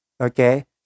Okay